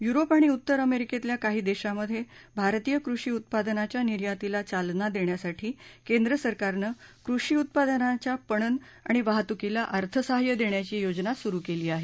Europe आणि उत्तर अमेरिकेतल्या काही देशांमधे भारतीय कृषी उत्पादनांच्या निर्यातीला चालना देण्यासाठी केंद्र सरकारनं कृषी उत्पादनाचं पणन आणि वाहतुकीला अर्थसहाय्य देण्याची योजना सुरु केली आहे